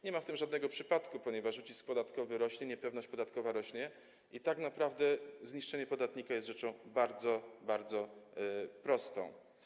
Nie ma w tym żadnego przypadku, ponieważ ucisk podatkowy rośnie, niepewność podatkowa rośnie i tak naprawdę zniszczenie podatnika jest rzeczą bardzo, bardzo prostą.